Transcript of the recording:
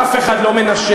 אף אחד לא מנשל.